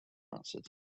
answered